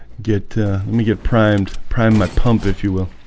get let me get primed prime my pump if you will